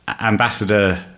Ambassador